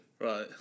Right